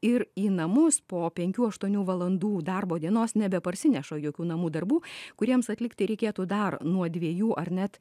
ir į namus po penkių aštuonių valandų darbo dienos nebe parsineša jokių namų darbų kuriems atlikti reikėtų dar nuo dviejų ar net